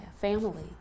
family